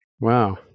Wow